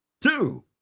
two